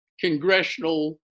congressional